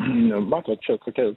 matot čia tokia